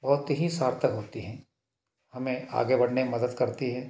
बहुत ही सार्थक होती हैं हमें आगे बढ़ने में मदद करती है